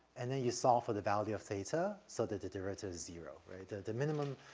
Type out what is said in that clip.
and then you solve for the value of theta so that the derivative is zero. right. the the minimum,